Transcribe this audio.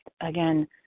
again